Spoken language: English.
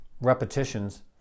repetitions